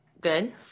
Good